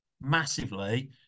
massively